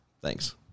Thanks